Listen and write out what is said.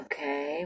Okay